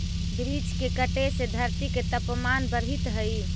वृक्ष के कटे से धरती के तपमान बढ़ित हइ